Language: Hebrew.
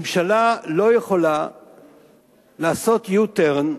ממשלה לא יכולה לעשות U-turn,